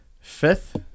Fifth